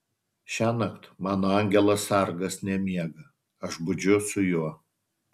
šiąnakt mano angelas sargas nemiega aš budžiu su juo